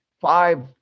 five